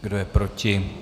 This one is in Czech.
Kdo je proti?